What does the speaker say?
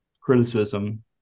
criticism